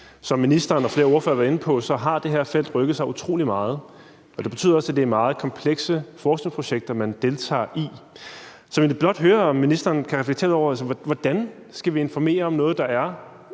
Som ministeren og flere ordførere har været inde på, har det her felt rykket sig utrolig meget, og det betyder også, at det er meget komplekse forskningsprojekter, man deltager i. Så jeg vil egentlig blot høre, om ministeren kan reflektere lidt over, hvordan vi skal informere om noget, der er